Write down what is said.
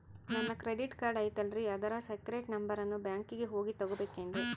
ನನ್ನ credit card ಐತಲ್ರೇ ಅದರ ಸೇಕ್ರೇಟ್ ನಂಬರನ್ನು ಬ್ಯಾಂಕಿಗೆ ಹೋಗಿ ತಗೋಬೇಕಿನ್ರಿ?